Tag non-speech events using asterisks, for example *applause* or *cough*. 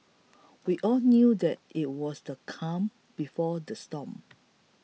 *noise* we all knew that it was the calm before the storm